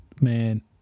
Man